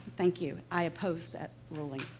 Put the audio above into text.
thank you, i oppose that ruling.